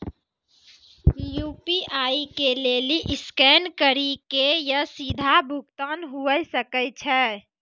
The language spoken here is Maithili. यू.पी.आई के लेली स्कैन करि के या सीधा भुगतान हुये सकै छै